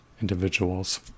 individuals